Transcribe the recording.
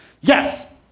Yes